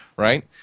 Right